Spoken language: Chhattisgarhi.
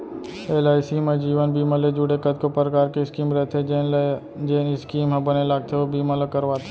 एल.आई.सी म जीवन बीमा ले जुड़े कतको परकार के स्कीम रथे जेन ल जेन स्कीम ह बने लागथे ओ बीमा ल करवाथे